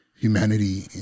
humanity